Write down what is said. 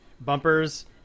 bumpers